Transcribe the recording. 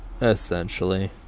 Essentially